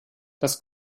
das